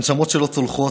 הנשמות שלא צולחות,